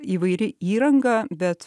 įvairi įranga bet